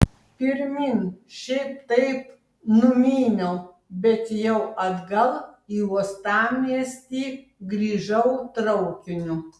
pirmyn šiaip taip numyniau bet jau atgal į uostamiestį grįžau traukiniu